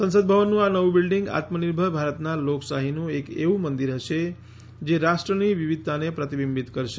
સંસદ ભવનનું આ નવું બિલ્ડીંગ આત્મનિર્ભર ભારતના લોકશાહીનું એક એવું મંદિર હશે જે રાષ્ટ્રની વિવિધતાને પ્રતિબિંબિત કરશે